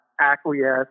acquiesce